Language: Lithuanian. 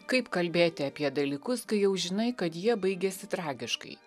kaip kalbėti apie dalykus kai jau žinai kad jie baigėsi tragiškai